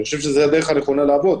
אני חושב שזו הדרך הנכונה לעבוד,